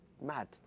Mad